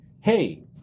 hey